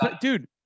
dude